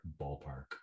ballpark